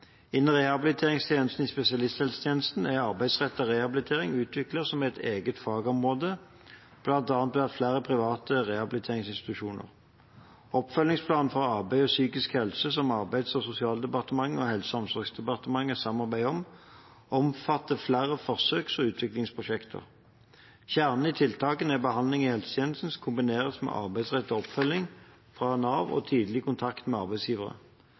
Innen rehabiliteringstjenestene i spesialisthelsetjenesten er arbeidsrettet rehabilitering utviklet som et eget fagområde, bl.a. ved flere private rehabiliteringsinstitusjoner. Oppfølgingsplanen for arbeid og psykisk helse som Arbeids- og sosialdepartementet og Helse- og omsorgsdepartementet samarbeider om, omfatter flere forsøks- og utviklingsprosjekter. Kjernen i tiltakene er behandling i helsetjenesten kombinert med arbeidsrettet oppfølging fra Nav og tidlig kontakt med arbeidsgivere.